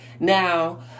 Now